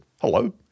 hello